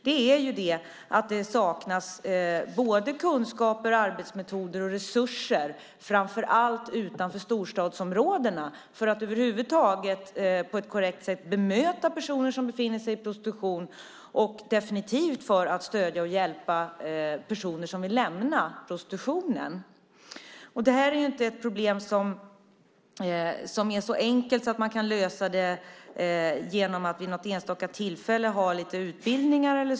Det handlar om att det saknas både kunskaper, arbetsmetoder och resurser, framför allt utanför storstadsområdena, för att över huvud taget på ett korrekt sätt bemöta personer som befinner sig i prostitution och definitivt för att stödja och hjälpa personer som vill lämna prostitutionen. Det här är inte ett problem som är så enkelt att man kan lösa det genom att vid något enstaka tillfälle ha lite utbildning.